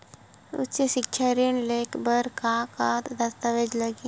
उच्च सिक्छा ऋण ले बर का का दस्तावेज लगही?